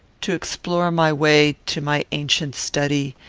to explore my way to my ancient study,